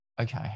okay